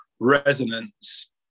resonance